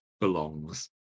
belongs